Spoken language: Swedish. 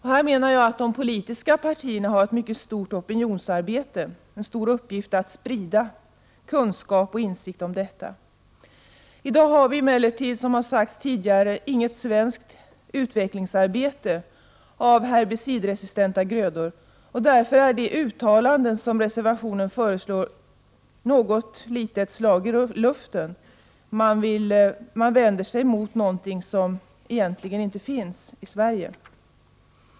Här har de politiska partierna en stor uppgift att fylla när det gäller att bedriva opinionsarbete, att sprida kunskap och insikt om dessa förhållanden. I dag har vi, som sagts tidigare, inget svenskt utvecklingsarbete beträffande herbicidresistenta grödor, och därför är det uttalande som reservanterna föreslår något av ett slag i luften. Man vänder sig mot någonting som egentligen inte finns här i Sverige.